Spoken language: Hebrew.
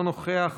אינו נוכח,